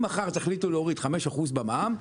אם מחר תחליטו להוריד 5% במע"מ,